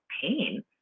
pain